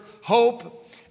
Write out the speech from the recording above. hope